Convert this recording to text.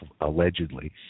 allegedly